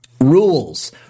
Rules